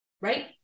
right